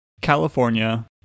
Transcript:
California